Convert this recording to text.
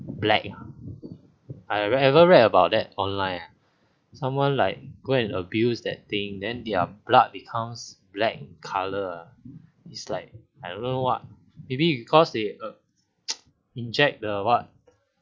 black I ever read about it online ah someone like go and abuse that thing then their blood becomes black colour ah it's like I don't know what maybe because they err inject the what